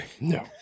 No